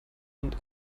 und